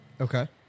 Okay